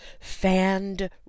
fanned